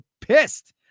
pissed